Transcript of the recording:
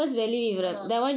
ஆமா:aamaa